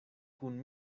kun